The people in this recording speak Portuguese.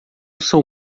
sou